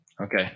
Okay